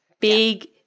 big